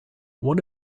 one